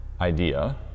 idea